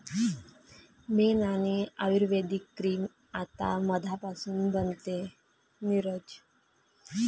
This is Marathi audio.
मेण आणि आयुर्वेदिक क्रीम आता मधापासून बनते, नीरज